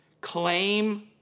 claim